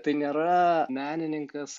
tai nėra menininkas